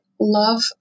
love